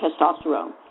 testosterone